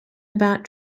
about